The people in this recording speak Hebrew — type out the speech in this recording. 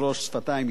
שפתיים יישקו.